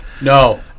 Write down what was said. No